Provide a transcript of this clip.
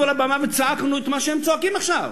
מעל הבמה וצעקנו את מה שהם צועקים עכשיו,